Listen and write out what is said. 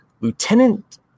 Lieutenant